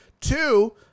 Two